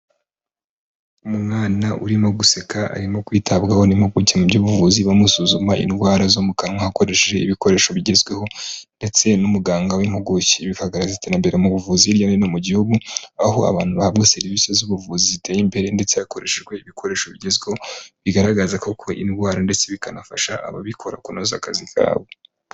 Umwana urimo guseka arimo kwitabwaho n'impuguke mu by'ubuvuzi, bamusuzuma indwara zo mu kanwa hakoresheje ibikoresho bigezweho ndetse n'umuganga w'impuguke bikagaragaza iterambere mu buvuzi, hirya no hino mu gihugu aho abantu bahabwa serivisi z'ubuvuzi ziteye imbere ndetse hakoreshejwe ibikoresho bigezweho, bigaragaza koko indwara ndetse bikanafasha ababikora kunoza akazi kabo.